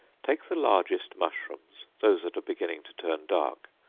take the largest mushrooms, those that are beginning to turn dark,